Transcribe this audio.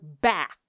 back